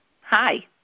hi